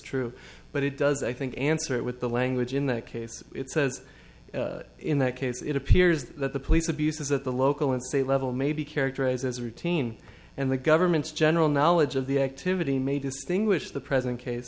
true but it does i think answer it with the language in that case it says in that case it appears that the police abuses that the local and state level may be characterized as a routine and the government's general knowledge of the activity may distinguish the present case